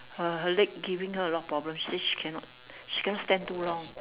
her her leg giving her a lot of problem she say she cannot she cannot stand too long